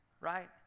right